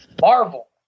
Marvel